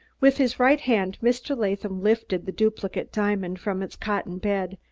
with his right hand mr. latham lifted the duplicate diamond from its cotton bed,